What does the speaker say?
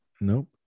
Nope